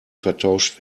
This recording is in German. vertauscht